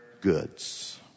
goods